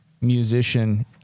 musician